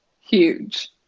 Huge